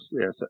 yes